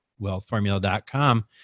wealthformula.com